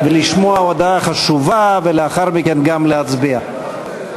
לשמוע הודעה חשובה ולאחר מכן גם להצביע.